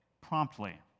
promptly